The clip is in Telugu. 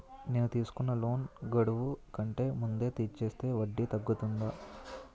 నేను తీసుకున్న లోన్ గడువు కంటే ముందే తీర్చేస్తే వడ్డీ తగ్గుతుందా?